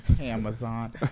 Amazon